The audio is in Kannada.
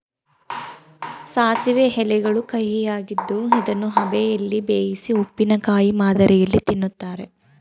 ಸಾಸಿವೆ ಎಲೆಗಳು ಕಹಿಯಾಗಿದ್ದು ಇದನ್ನು ಅಬೆಯಲ್ಲಿ ಬೇಯಿಸಿ ಉಪ್ಪಿನಕಾಯಿ ಮಾದರಿಯಲ್ಲಿ ತಿನ್ನುತ್ತಾರೆ